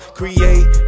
create